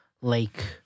lake